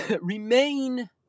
remain